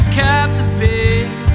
captivate